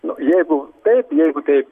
nu jeigu taip jeigu taip